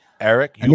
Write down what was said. eric